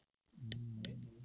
mm mm